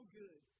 good